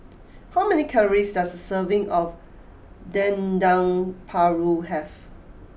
how many calories does a serving of Dendeng Paru have